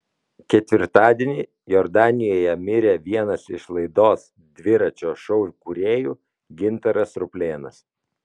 ketvirtadienį jordanijoje mirė vienas iš laidos dviračio šou kūrėjų gintaras ruplėnas